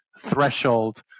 threshold